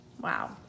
Wow